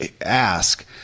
ask